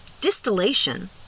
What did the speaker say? Distillation